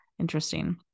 Interesting